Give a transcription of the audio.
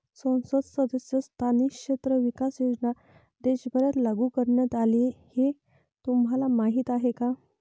संसद सदस्य स्थानिक क्षेत्र विकास योजना देशभरात लागू करण्यात आली हे तुम्हाला माहीत आहे का?